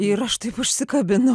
ir aš taip užsikabinau